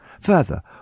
Further